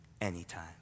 anytime